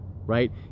right